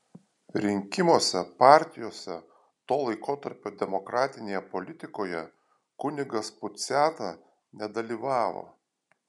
rinkimuose partijose to laikotarpio demokratinėje politikoje kunigas puciata nedalyvavo